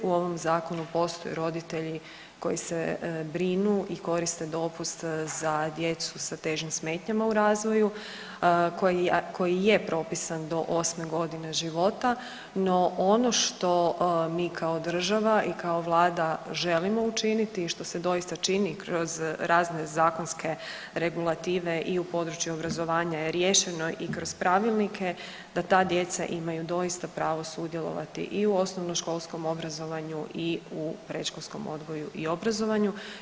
U ovom Zakonu postoje roditelji koji se brinu i koriste dopust za djecu sa težim smetnjama u razvoju, koji je propisan do 8. g. života no ono što mi kao država i kao Vlada želimo učiniti i što se doista čini kroz razne zakonske regulative i u području obrazovanja je riješeno i kroz pravilnike, da ta djeca imaju doista pravo sudjelovati i u osnovnoškolskom obrazovanju i u predškolskom odgoju i obrazovanju.